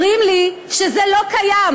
אומרים לי שזה לא קיים,